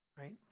right